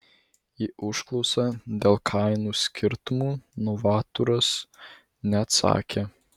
į užklausą dėl kainų skirtumų novaturas neatsakė